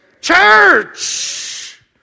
church